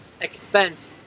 expense